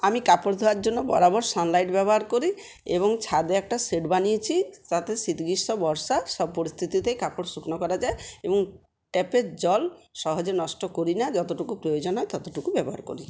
আমি কাপড় ধোঁয়ার জন্য বরাবর সানলাইট ব্যবহার করি এবং ছাদে একটা শেড বানিয়েছি তাতে শীত গ্রীষ্ম বর্ষা সব পরিস্থিতিতেই কাপড় শুকনো করা যায় এবং ট্যাপের জল সহজে নষ্ট করিনা যতটুকু প্রয়োজন হয় ততটুকু ব্যবহার করি